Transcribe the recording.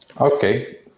Okay